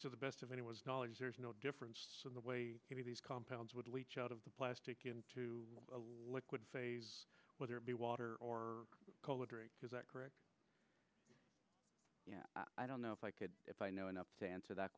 to the best of anyone's knowledge there is no difference in the way these compounds would reach out of the plastic into a liquid whether it be water or coloring is that correct i don't know if i could if i know enough to answer that